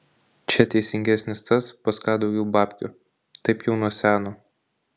čia teisingesnis tas pas ką daugiau babkių taip jau nuo seno